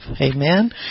Amen